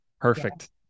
perfect